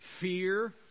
fear